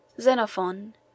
Xenophon